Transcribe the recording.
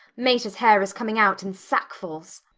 mater's hair is coming out in sackfulls.